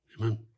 Amen